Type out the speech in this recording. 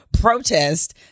protest